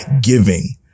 giving